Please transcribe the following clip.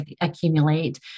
accumulate